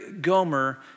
Gomer